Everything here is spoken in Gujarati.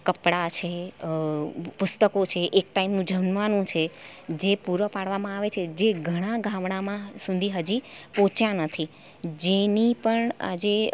કપડાં છે પુસ્તકો છે એક ટાઈમનું જમવાનું છે જે પૂરો પાડવામાં આવે છે જે ઘણાં ગામડામાં સુધી હજી પહોંચ્યાં નથી જેની પણ આજે